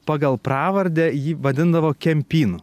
pagal pravardę jį vadindavo kempinu